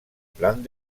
plan